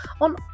on